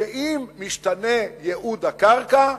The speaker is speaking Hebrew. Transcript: שאם משתנה ייעוד הקרקע,